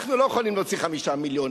אנחנו לא יכולים להוציא 5 מיליון,